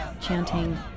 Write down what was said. chanting